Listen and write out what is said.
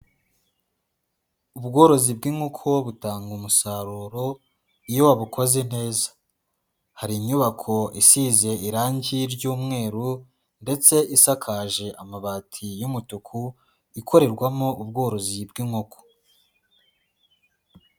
Ubworozi bw'inkoko butanga umusaruro iyo wabukoze neza, hari inyubako isize irangi ry'umweru ndetse isakaje amabati y'umutuku, ikorerwamo ubworozi bw'inkoko.